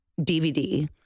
dvd